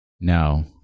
No